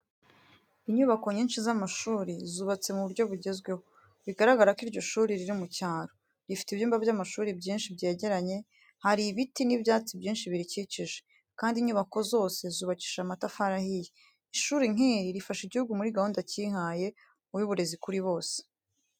Inyubako nyinshi z’amashuri zubatse mu buryo bugezweho, bigaragara ko iryo shuri riri mu cyaro, rifite ibyumba by’amashuri byinshi byegeranye. Hari ibiti n'ibyatsi byinshi birikikije, kandi inyubako zose zubakishije amatafari ahiye. Ishuri nk’iri rifasha igihugu muri gahunda cyihaye y’uburezi kuri bose.